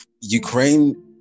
Ukraine